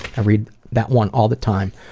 i read that one all the time.